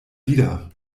wieder